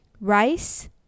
rice